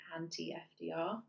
anti-fdr